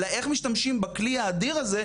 אלא איך משתמשים בכלי האדיר הזה,